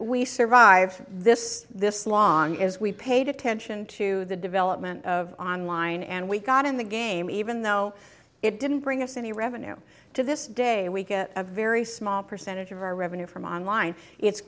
we survive this this long is we paid attention to the development of online and we got in the game even though it didn't bring us any revenue to this day week a very small percentage of our revenue from online it's